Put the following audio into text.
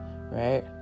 right